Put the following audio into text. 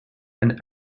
and